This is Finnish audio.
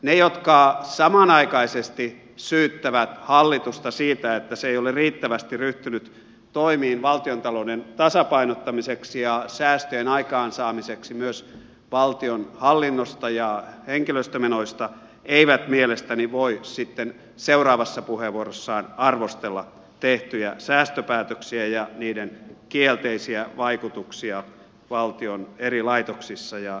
ne jotka samanaikaisesti syyttävät hallitusta siitä että se ei ole riittävästi ryhtynyt toimiin valtiontalouden tasapainottamiseksi ja säästöjen aikaansaamiseksi myös valtion hallinnosta ja henkilöstömenoista eivät mielestäni voi sitten seuraavassa puheenvuorossaan arvostella tehtyjä säästöpäätöksiä ja niiden kielteisiä vaikutuksia valtion eri laitoksissa ja yhteisöissä